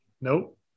Nope